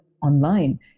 online